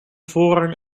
voorrang